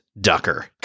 Ducker